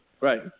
Right